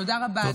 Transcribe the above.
תודה רבה.